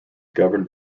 governed